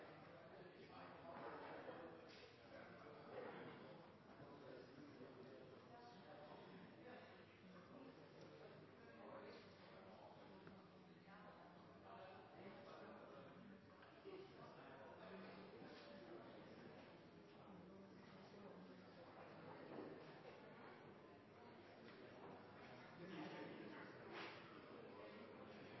Det er veldig få av oss som er